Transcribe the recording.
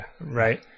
Right